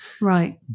Right